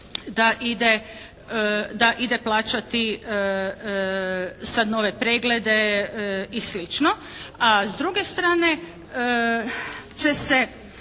da ide plaćati sad nove preglede i slično. A s druge strane će se